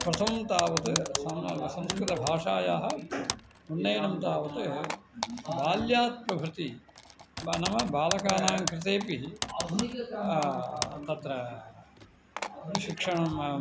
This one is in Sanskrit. प्रथमं तावत् समानसंस्कृतभाषायाः उन्नयनं तावत् बाल्यात् प्रभृति नाम बालकानां कृतेपि तत्र शिक्षणं